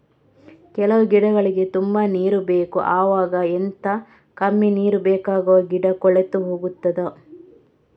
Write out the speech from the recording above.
ಕೆಲವು ಗಿಡಗಳಿಗೆ ತುಂಬಾ ನೀರು ಬೇಕು ಅವಾಗ ಎಂತ, ಕಮ್ಮಿ ನೀರು ಬೇಕಾಗುವ ಗಿಡ ಕೊಳೆತು ಹೋಗುತ್ತದಾ?